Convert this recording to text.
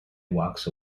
walks